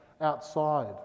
outside